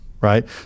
right